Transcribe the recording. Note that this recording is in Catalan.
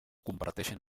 comparteixen